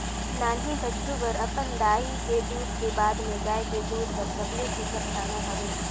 नान्हीं बछरु बर अपन दाई के दूद के बाद में गाय के दूद हर सबले सुग्घर खाना हवे